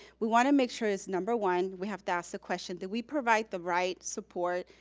we wanna make sure is number one, we have to ask the question that we provide the right support,